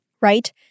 Right